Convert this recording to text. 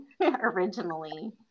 originally